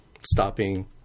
stopping